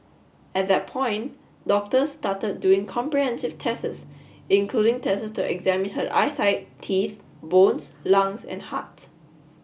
at that point doctors started doing comprehensive tests including tests to examine her eyesight teeth bones lungs and heart